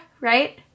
Right